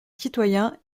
citoyen